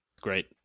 Great